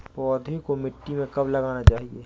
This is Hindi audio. पौधें को मिट्टी में कब लगाना चाहिए?